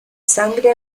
sangre